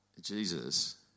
Jesus